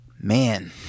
Man